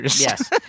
Yes